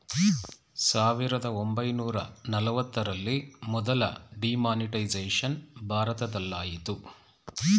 ಸಾವಿರದ ಒಂಬೈನೂರ ನಲವತ್ತರಲ್ಲಿ ಮೊದಲ ಡಿಮಾನಿಟೈಸೇಷನ್ ಭಾರತದಲಾಯಿತು